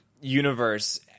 universe